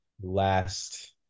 last